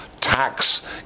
tax